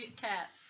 Cat